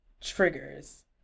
Triggers